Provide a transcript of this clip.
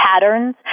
patterns